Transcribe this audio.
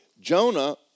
Jonah